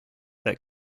that